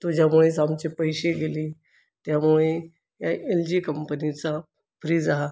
तुझ्यामुळेच आमचे पैसे गेले त्यामुळे ह्या एलजी कंपनीचा फ्रीज हा